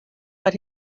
but